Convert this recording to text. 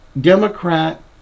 Democrat